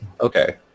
Okay